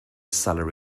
cellar